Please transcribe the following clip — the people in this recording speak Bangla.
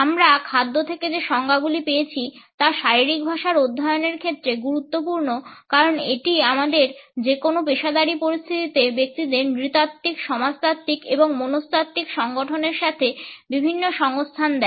আমরা খাদ্য থেকে যে সংজ্ঞাগুলি পেয়েছি তা শারীরিক ভাষার অধ্যয়নের ক্ষেত্রে গুরুত্বপূর্ণ কারণ এটি আমাদের যে কোনও পেশাদারী পরিস্থিতিতে ব্যক্তিদের নৃতাত্ত্বিক সমাজতাত্ত্বিক এবং মনস্তাত্ত্বিক সংগঠনের সাথে বিভিন্ন সংস্থান দেয়